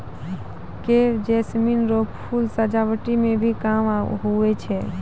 crepe jasmine रो फूल सजावटी मे भी काम हुवै छै